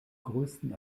größten